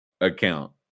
account